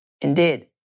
Indeed